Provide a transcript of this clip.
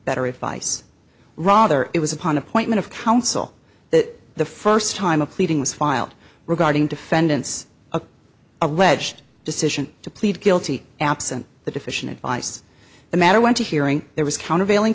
better advice rather it was upon appointment of counsel that the first time a pleading was filed regarding defendant's a alleged decision to plead guilty absent the deficient advice the matter went to hearing there was counterva